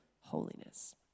holiness